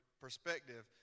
perspective